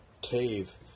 cave